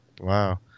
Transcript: Wow